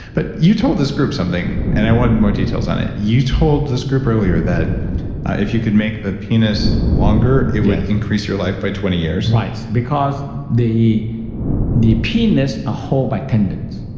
but you told this group something, and i wanted more details on it. you told this group earlier that if you could make the penis longer, it would increase your life by twenty years right, because the the penis are ah hold by tendons.